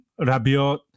Rabiot